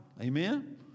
Amen